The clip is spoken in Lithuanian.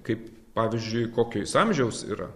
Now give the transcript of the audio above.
kaip pavyzdžiui kokio amžiaus yra